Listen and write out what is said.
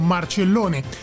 Marcellone